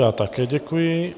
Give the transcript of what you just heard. Já také děkuji.